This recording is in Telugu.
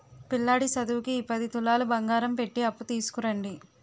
పిల్లాడి సదువుకి ఈ పది తులాలు బంగారం పెట్టి అప్పు తీసుకురండి